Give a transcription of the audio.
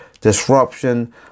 Disruption